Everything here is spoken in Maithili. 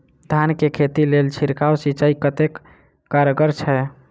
धान कऽ खेती लेल छिड़काव सिंचाई कतेक कारगर छै?